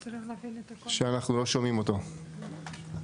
כן, אנחנו שומעים אותך.